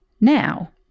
now